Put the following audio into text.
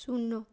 শূন্য